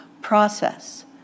process